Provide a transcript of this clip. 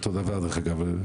אותו דבר דרך אגב,